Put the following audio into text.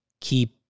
keep